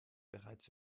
bereits